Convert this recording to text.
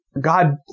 God